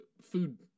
food